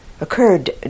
occurred